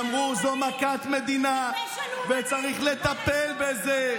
כי אמרו: זו מכת מדינה, וצריך לטפל בזה.